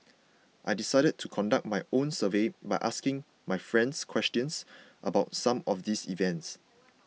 I decided to conduct my own survey by asking my friends questions about some of these events